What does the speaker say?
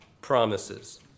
promises